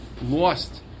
lost